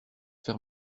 faire